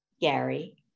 Gary